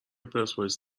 پرسپولیس